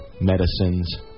medicines